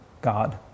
God